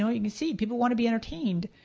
so you can see, people want to be entertained.